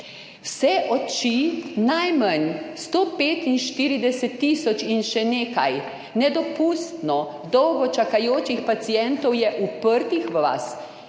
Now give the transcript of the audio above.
Vse oči, najmanj 145 tisoč in še nekaj nedopustno dolgo čakajočih pacientov je uprtih v vas,